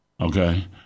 Okay